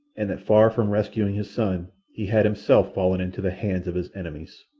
and that far from rescuing his son he had himself fallen into the hands of his enemies.